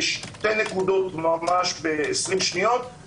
שתי נקודות: